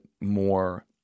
more